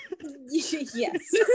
Yes